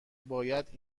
باید